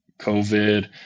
COVID